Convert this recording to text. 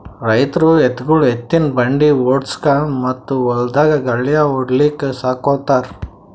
ರೈತರ್ ಎತ್ತ್ಗೊಳು ಎತ್ತಿನ್ ಬಂಡಿ ಓಡ್ಸುಕಾ ಮತ್ತ್ ಹೊಲ್ದಾಗ್ ಗಳ್ಯಾ ಹೊಡ್ಲಿಕ್ ಸಾಕೋತಾರ್